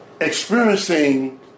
experiencing